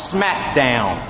SmackDown